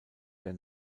der